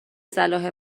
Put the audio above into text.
صلاح